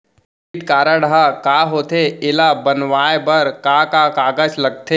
Debit card ह का होथे एला बनवाए बर का का कागज लगथे?